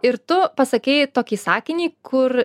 ir tu pasakei tokį sakinį kur